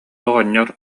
оҕонньор